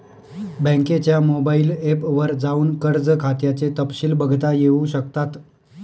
बँकेच्या mobile app वर जाऊन कर्ज खात्याचे तपशिल बघता येऊ शकतात